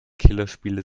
killerspiele